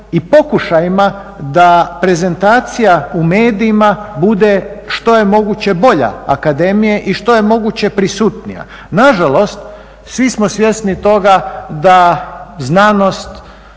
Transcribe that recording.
i pokušajima da prezentacija u medijima bude što je moguće bolja akademije i što je moguće prisutnija. Nažalost, svi smo svjesni toga da znanost